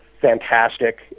fantastic